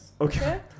Okay